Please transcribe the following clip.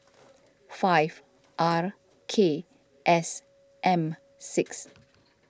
five R K S M six